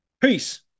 Peace